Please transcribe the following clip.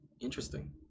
Interesting